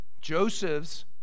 Joseph's